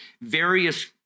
Various